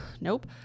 Nope